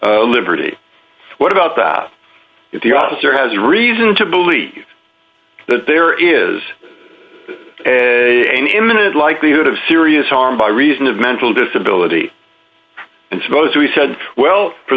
liberty what about that if the officer has reason to believe that there is an imminent likelihood of serious harm by reason of mental disability and suppose we said well for